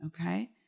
Okay